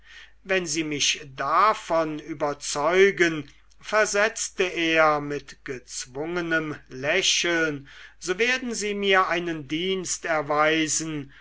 wenn sie mich davon überzeugen versetzte er mit gezwungenem lächeln so werden sie mir einen dienst erweisen